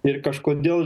ir kažkodėl